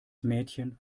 mädchen